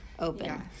open